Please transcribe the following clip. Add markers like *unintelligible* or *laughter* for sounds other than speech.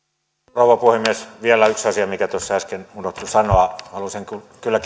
rouva puhemies vielä yksi asia mikä tuossa äsken unohtui sanoa ja minkä halusin kyllä *unintelligible*